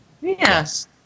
Yes